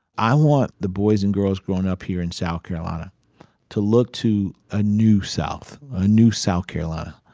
i want the boys and grills growin' up here in south carolina to look to a new south, a new south carolina,